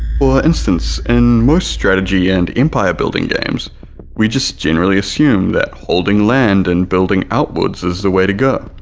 for instance in most strategy and empire building games we just generally assume that holding land and building outwards is the way to go,